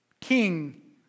king